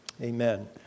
Amen